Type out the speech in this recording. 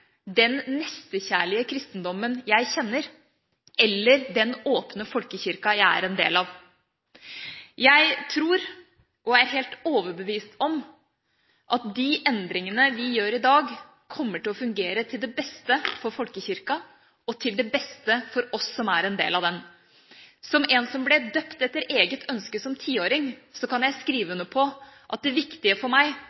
den nestekjærlige kristendommen jeg kjenner eller den åpne folkekirka jeg er en del av. Jeg tror og er helt overbevist om at de endringene vi gjør i dag, kommer til å fungere til det beste for folkekirka og til det beste for oss som er en del av den. Som en som ble døpt etter eget ønske som tiåring, kan jeg skrive